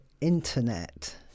internet